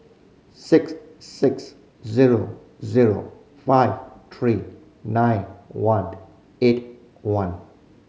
six six zero zero five three nine one eight one